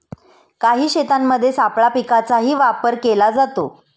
काही शेतांमध्ये सापळा पिकांचाही वापर केला जातो